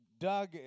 Doug